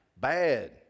bad